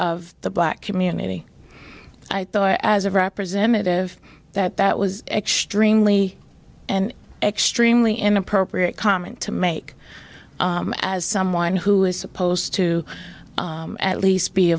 of the black community i thought as a representative that that was extremely and extremely inappropriate comment to make as someone who is supposed to at least be a